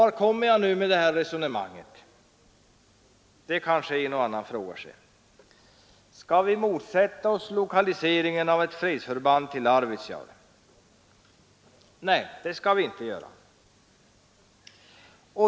Vart kommer jag nu med det här resonemanget, kanske en och annan frågar sig. Skall vi motsätta oss lokaliseringen av ett fredsförband till Arvidsjaur? Nej, det skall vi inte göra.